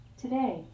Today